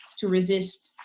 to resist.